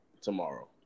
tomorrow